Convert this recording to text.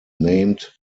named